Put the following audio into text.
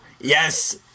Yes